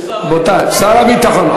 ישיב שר הביטחון.